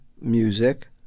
music